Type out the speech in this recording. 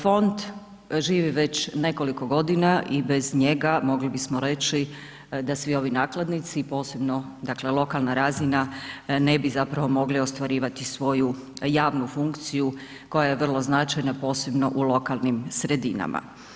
Fond živi već nekoliko godina i bez njega, mogli bismo reći da svi ovi nakladnici, posebno dakle lokalna razina ne bi zapravo mogli ostvarivati svoju javnu funkciju koja je vrlo značajno, posebno u lokalnim sredinama.